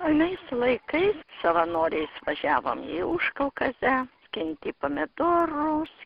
anais laikais savanoriais važiavom į užkaukazę skinti pamidorus